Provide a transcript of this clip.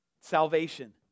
salvation